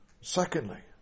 Secondly